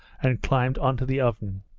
and climbed onto the oven,